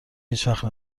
هیچوقت